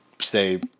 say